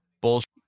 bullshit